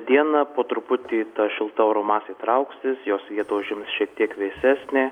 dieną po truputį ta šilta oro masė trauksis jos vietą užims šiek tiek vėsesnė